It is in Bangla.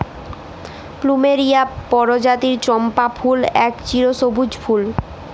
প্লুমেরিয়া পরজাতির চম্পা ফুল এক চিরসব্যুজ ফুল